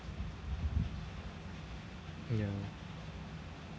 ya